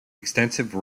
extensive